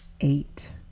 Eight